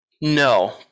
No